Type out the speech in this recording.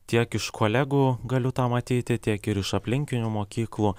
tiek iš kolegų galiu tą matyti tiek ir iš aplinkinių mokyklų